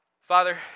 Father